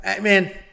man